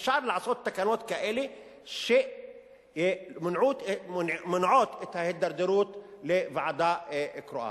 אפשר לעשות תקנות כאלה שמונעות את ההידרדרות לוועדה קרואה.